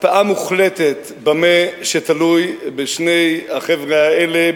הקפאה מוחלטת במה שתלוי בשני החבר'ה האלה,